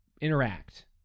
interact